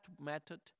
method